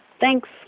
Thanks